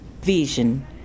vision